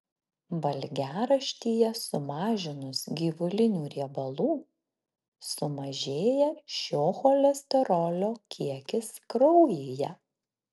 valgiaraštyje sumažinus gyvulinių riebalų sumažėja šio cholesterolio kiekis kraujyje